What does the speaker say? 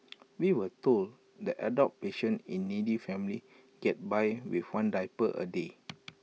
we were told that adult patients in needy families get by with one diaper A day